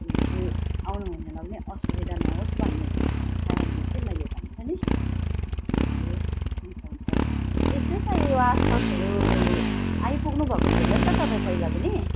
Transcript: किनकि आउनुहुनेलाई पनि असुविधा नहोस् भन्ने कारणले चाहिँ मैले भनेको नि ए हुन्छ हुन्छ यसै त यो आसपासहरू आ आइपुग्नुभएको थियो होला नि त तपाईँ पहिला पनि